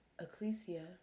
Ecclesia